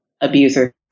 abusers